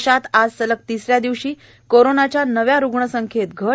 देशात आज सलग तिसऱ्या दिवशी कोरोनाच्या नव्या रुग्ण संखेत घट